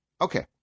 Okay